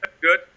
good